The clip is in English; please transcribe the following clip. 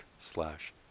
slash